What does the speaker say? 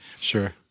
Sure